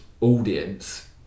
audience